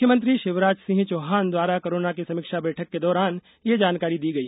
मुख्यमंत्री शिवराज सिंह चौहान द्वारा कोरोना की समीक्षा बैठक के दौरान ये जानकारी दी गई